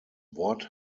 wort